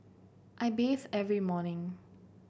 I bathe every morning